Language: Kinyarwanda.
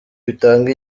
bitanga